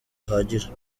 buhagije